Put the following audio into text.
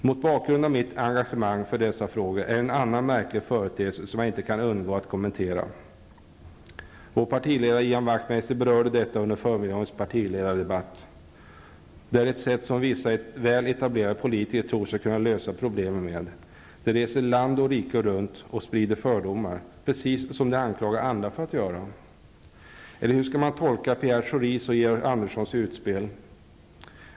Mot bakgrund av mitt engagemang för dessa frågor är det en annan märklig företeelse som jag inte kan underlåta att kommentera. Vår partiledare Ian Wachtmeister berörde detta under förmiddagens partiledardebatt. Det är det sätt, på vilket vissa väl etablerade politiker tror sig kunna lösa problemen. Dessa reser land och rike runt och sprider fördomar, precis som de anklagar andra för att göra. Eller hur skall man tolka Pierre Schoris och Georg Anderssons utspel?